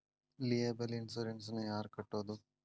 Liable insurance ನ ಯಾರ್ ಕಟ್ಬೊದು?